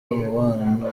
umubano